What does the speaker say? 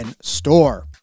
store